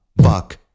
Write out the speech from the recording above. fuck